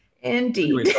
Indeed